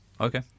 Okay